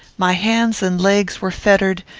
my hands and legs were fettered,